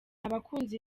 abakunzi